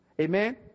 Amen